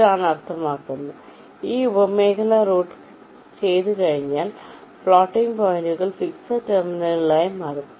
ഇതാണ് അർത്ഥമാക്കുന്നത് ഈ ഉപമേഖല റൂട്ട് ചെയ്തുകഴിഞ്ഞാൽ ഫ്ലോട്ടിംഗ് പോയിന്റുകൾ ഫിക്സഡ് ടെർമിനലുകളായി മാറും